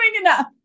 enough